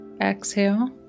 exhale